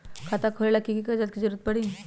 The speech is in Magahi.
खाता खोले ला कि कि कागजात के जरूरत परी?